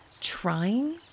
trying